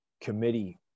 committee